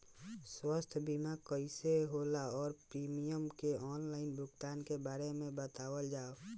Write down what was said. स्वास्थ्य बीमा कइसे होला और प्रीमियम के आनलाइन भुगतान के बारे में बतावल जाव?